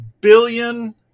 billion